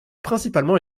principalement